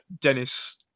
dennis